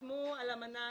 וחתמו על אמנה,